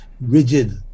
rigid